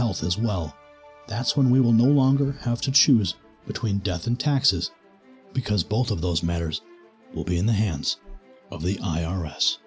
health as well that's when we will no longer have to choose between death and taxes because both of those matters will be in the hands of the i